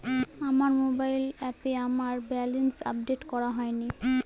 আমার মোবাইল অ্যাপে আমার ব্যালেন্স আপডেট করা হয়নি